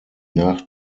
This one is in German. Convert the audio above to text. nach